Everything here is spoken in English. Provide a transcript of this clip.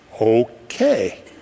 okay